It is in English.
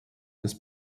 this